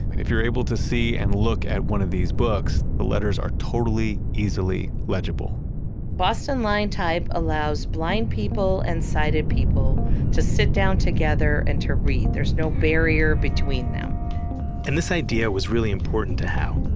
if you're able to see and look at one of these books, the letters are totally, easily legible boston line type allows blind people and sighted people to sit down together and to read. there's no barrier between them and this idea was really important to howe.